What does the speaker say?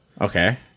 Okay